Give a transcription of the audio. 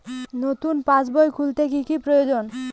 নতুন পাশবই খুলতে কি কি প্রয়োজন?